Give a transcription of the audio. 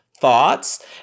Thoughts